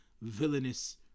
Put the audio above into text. villainous